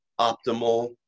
optimal